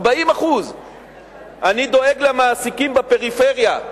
כלומר 40%. אני דואג למעסיקים בפריפריה.